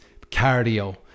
cardio